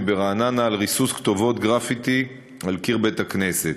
ברעננה על ריסוס כתובות גרפיטי על קיר בית-הכנסת.